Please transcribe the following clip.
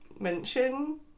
mention